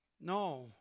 no